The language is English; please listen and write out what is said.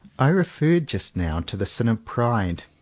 i referred just now to the sin of pride.